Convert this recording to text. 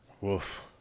Woof